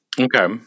Okay